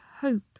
hope